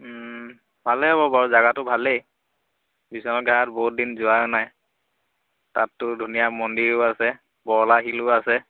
ভালেই হ'ব বাৰু জেগাটো ভালেই বিশ্বনাথ ঘাট বহুত দিন যোৱাও নাই তাততো ধুনীয়া মন্দিৰো আছে